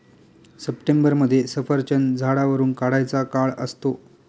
सप्टेंबरमध्ये सफरचंद झाडावरुन काढायचा काळ असतो